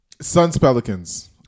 Suns-Pelicans